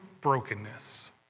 brokenness